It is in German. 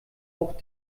auch